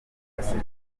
gutanga